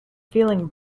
feeling